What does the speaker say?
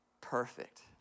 perfect